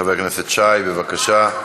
חבר הכנסת שי, בבקשה.